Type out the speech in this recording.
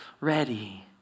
ready